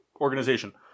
organization